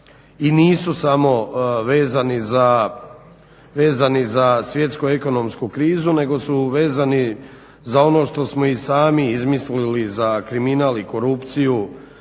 i nisu samo vezani za svjetsku ekonomsku krizu nego su vezani za ono što smo i sami izmislili za kriminal i korupciju